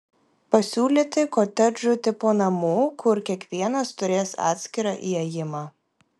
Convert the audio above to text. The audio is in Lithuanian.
pasiūlyti kotedžų tipo namų kur kiekvienas turės atskirą įėjimą